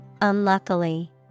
unluckily